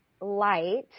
light